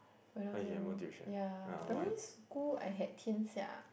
when I was in ya primary school I had Tian-Xia